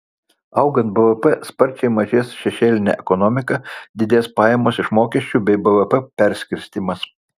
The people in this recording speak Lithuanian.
augant bvp sparčiai mažės šešėlinė ekonomika didės pajamos iš mokesčių bei bvp perskirstymas